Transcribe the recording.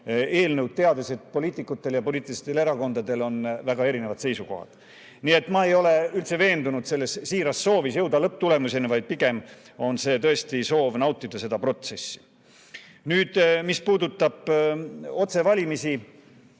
eelnõu, teades, et poliitikutel ja poliitilistel erakondadel on väga erinevad seisukohad. Nii et ma ei ole üldse veendunud selles siiras soovis jõuda lõpptulemuseni, vaid pigem on see tõesti soov nautida seda protsessi. Nüüd, mis puudutab otsevalimisi,